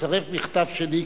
אני מצרף מכתב שלי,